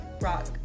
rock